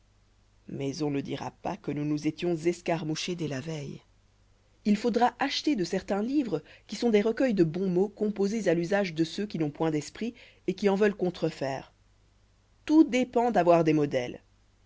mais on ne dira pas que nous nous étions escarmouchés dès la veille il faudra acheter de certains livres qui sont des recueils de bons mots composés à l'usage de ceux qui n'ont point d'esprit et qui en veulent contrefaire tout dépend d'avoir des modèles